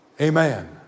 Amen